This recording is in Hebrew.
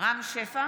רם שפע,